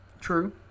True